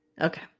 okay